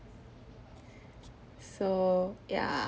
so ya